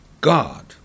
God